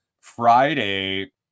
Friday